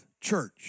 church